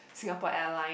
Singapore Airline